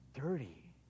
dirty